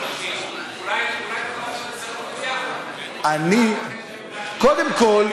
לחכות ארבעה חודשים, אולי, קודם כול,